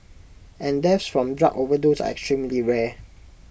and deaths from drug overdose are extremely rare